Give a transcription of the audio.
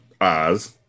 Oz